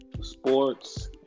sports